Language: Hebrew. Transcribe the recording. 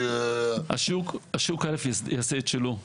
לא, השוק יעשה את שלו.